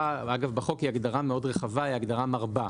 זה משרד ממשלתי, משרד המשפטים.